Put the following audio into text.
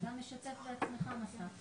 שעלו פה מספר